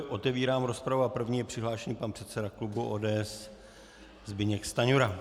Otevírám rozpravu a první je přihlášen pan předseda klubu ODS Zbyněk Stanjura.